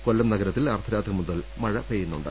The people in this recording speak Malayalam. കൊല്ലം നഗരത്തിൽ അർദ്ധരാത്രി മുതൽ മഴ പെയ്യുന്നുണ്ട്